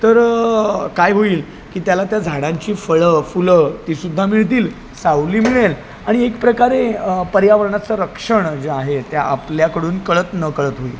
तर काय होईल की त्याला त्या झाडांची फळं फुलं ती सुद्धा मिळतील सावली मिळेल आणि एक प्रकारे पर्यावरणाचं रक्षण जे आहे ते आपल्याकडून कळत नकळत होईल